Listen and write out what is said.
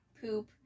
poop